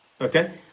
okay